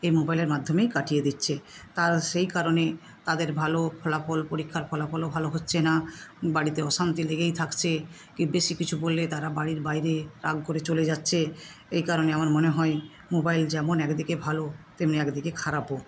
এই মোবাইলের মাধ্যমেই কাটিয়ে দিচ্ছে তা সেই কারণে তাদের ভালো ফলাফল পরীক্ষার ফলাফলও ভালো হচ্ছে না বাড়িতে অশান্তি লেগেই থাকছে বেশি কিছু বললে তারা বাড়ির বাইরে রাগ করে চলে যাচ্ছে এই কারণে আমার মনে হয় মোবাইল যেমন একদিকে ভালো তেমনি একদিকে খারাপও